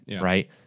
right